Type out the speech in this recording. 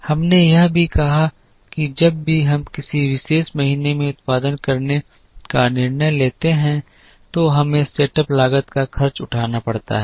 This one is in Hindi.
हमने यह भी कहा कि जब भी हम किसी विशेष महीने में उत्पादन करने का निर्णय लेते हैं तो हमें सेटअप लागत का खर्च उठाना पड़ता है